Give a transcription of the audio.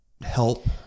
help